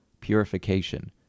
purification